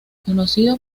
conocido